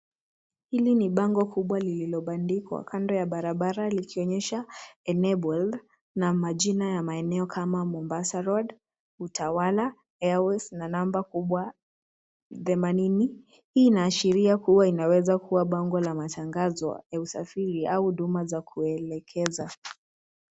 Hili ni bango kubwa lililobandikwa kando ya barabara likionyesha enabled na majina ya maeneo kama mombasa road, utawala, airways na namba kubwa themanini hii inaashiria kua inaweza kua bango la matangazo ya usafiri au huduma za kuelekeza.